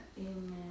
Amen